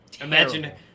Imagine